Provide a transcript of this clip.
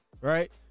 right